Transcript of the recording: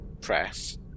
press